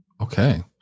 Okay